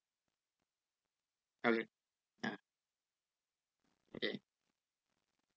ah okay